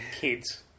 Kids